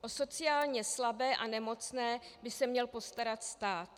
O sociálně slabé a nemocné by se měl postarat stát.